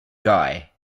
guy